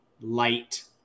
light